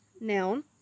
noun